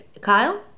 Kyle